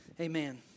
Amen